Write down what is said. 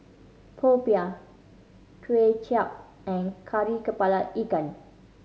popiah Kway Chap and Kari Kepala Ikan